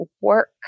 work